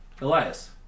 Elias